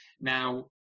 now